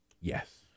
Yes